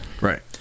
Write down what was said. Right